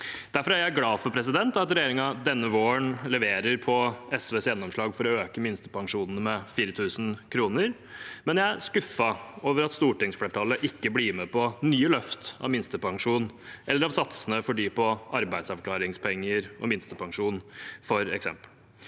Derfor er jeg glad for at regjeringen denne våren leverer på SVs gjennomslag for å øke minstepensjonen med 4 000 kr, men jeg er skuffet over at stortingsflertallet f.eks. ikke blir med på nye løft av minstepensjonen eller av satsene for dem på arbeidsavklaringspenger og minstepensjon. SV tok til